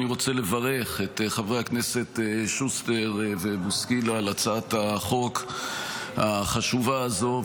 אני רוצה לברך את חברי הכנסת שוסטר ובוסקילה על הצעת החוק החשובה הזו.